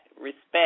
respect